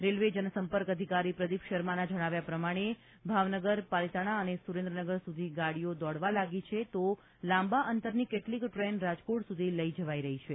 railway જનસંપર્ક અધિકારી પ્રદીપ શર્માના જણાવ્યા પ્રમાણે ભાવનગર પાલીતાણા અને સુરેન્દ્રનગર સુધી ગાડીઓ દોડવા લાગી છે તો લાંબા અંતરની કેટલીક ટ્રેન રાજકોટ સુધી લઇ જવાઇ રહી છે